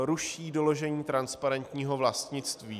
Ruší doložení transparentního vlastnictví.